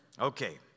Okay